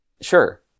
Sure